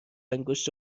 انگشت